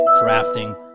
drafting